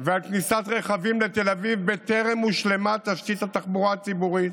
ועל כניסת רכבים לתל אביב בטרם הושלמה תשתית התחבורה הציבורית,